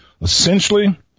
Essentially